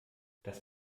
das